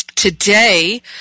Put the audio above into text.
Today